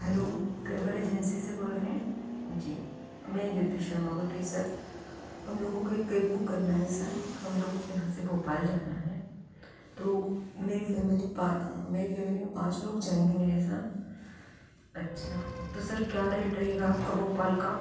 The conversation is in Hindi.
हेलो ट्रेवल एजेंसी से बोल रहे हैं जी मैं ज्योति शर्मा बोल रही हूँ सर हम लोगों को एक कैब बुक करना है सर हम लोगों को यहाँ से भोपाल जाना है तो मेरी फैमिली पा मेरी फैमिली में पाँच लोग जाएँगे मेरे साथ अच्छा तो सर क्या रेट रहेगा आपका भोपाल का